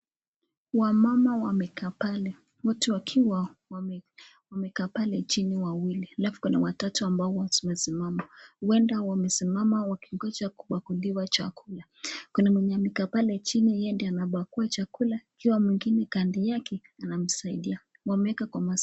Wamama wamekaa pale wote wakiwa wamekaa pale chini wawili, alfu kuna watatu ambao wamesimama uenda wamesimama wakingoja kuoanguliwa chakula, kuna mwenye amekaa pale chini yeye ndio anapakua chakula akiwa mwengine kando yake anamsaidia wameweka Kwa meza.